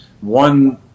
One